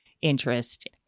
interest